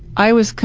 i was com,